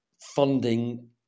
funding